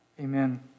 Amen